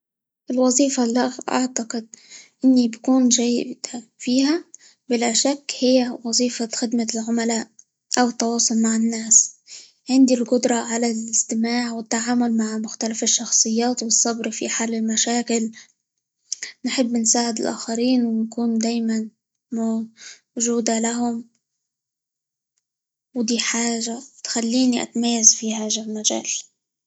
الوظيفة اللي -أع- أعتقد إني بكون جيدة فيها بلا شك، هي وظيفة خدمة العملاء، أو التواصل مع الناس، عندي القدرة على الاستماع، والتعامل مع مختلف الشخصيات، والصبر في حل المشاكل، نحب نساعد الآخرين، ونكون دايمًا موجودة لهم، ودى حاجة تخليني أتميز في هذا المجال.